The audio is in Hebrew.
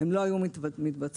אז